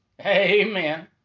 Amen